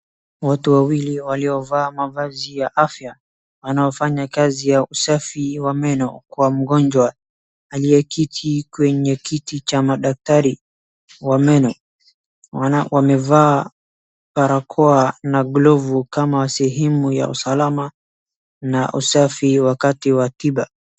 Watu wawili waliovaa mavazi ya afya, wanaofanya kazi ya usafi wa meno kwa mgonjwa, aliyeketi kwenye kiti cha madaktari wa meno. Wamevaa barakoa na glovu kama sehemu ya usalama na usafi wakati wa tiba.